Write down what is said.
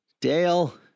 Dale